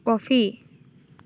coffee